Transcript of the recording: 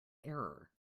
error